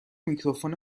میکروفون